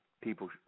people –